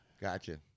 Gotcha